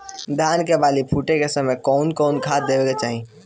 धान के बाली फुटे के समय कउन कउन खाद देवे के चाही?